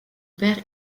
père